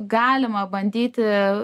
galima bandyti